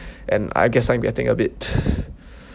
and I guess I'm getting a bit